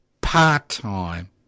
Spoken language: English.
part-time